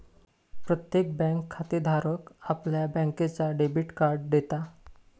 प्रत्येक बँक खातेधाराक आपल्या बँकेचा डेबिट कार्ड देता